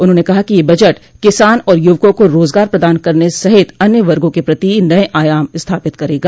उन्होंने कहा कि यह बजट किसान और युवकों को रोजगार प्रदान करने सहित अन्य वर्गो के प्रति नये आयाम स्थापित करेगा